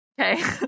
Okay